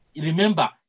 Remember